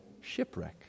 shipwreck